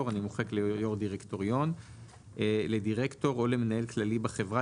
- מוחק ליושב ראש דירקטוריון - או למנהל כללי בחברה,